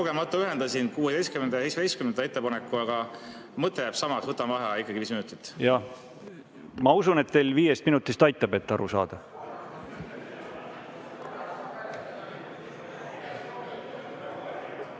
ma usun, et teil viiest minutist aitab, et aru saada.V